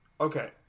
Okay